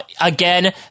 again